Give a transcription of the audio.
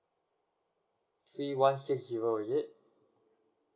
say one six zero is it